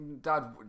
Dad